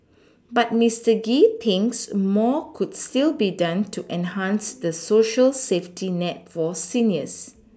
but Mister Gee thinks more could still be done to enhance the Social safety net for seniors